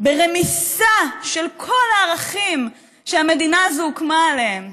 ברמיסה של כל הערכים שהמדינה הזאת הוקמה עליהם.